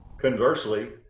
conversely